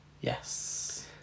Yes